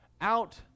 out